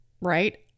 right